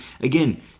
Again